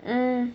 mm